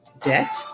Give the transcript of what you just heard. debt